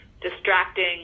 distracting